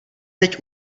teď